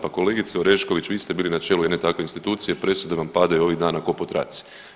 Pa kolegice Orešković, vi ste bili na čelu jedne takve institucije, presude vam padaju ovih dana kao po traci.